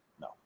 No